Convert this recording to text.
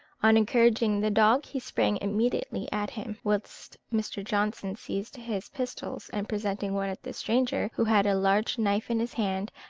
on encouraging the dog, he sprang immediately at him, whilst mr. johnson seized his pistols, and presenting one at the stranger, who had a large knife in his hand,